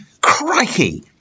Crikey